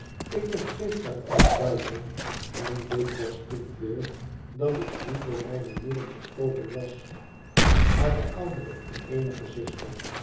ik begreep daaruit duidelijk en dit was toen veel dat ik niet door mijne moeder verstooten was hare oudere en eenige zuster